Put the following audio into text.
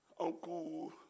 Uncle